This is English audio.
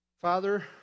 Father